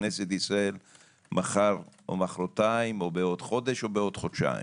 כנסת ישראל מחר או מחרתיים או בעוד חודש או בעוד חודשיים